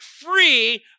free